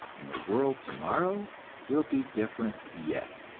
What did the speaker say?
and the world tomorrow will be different yet.